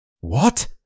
What